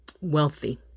wealthy